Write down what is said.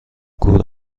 کور